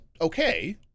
okay